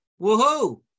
woohoo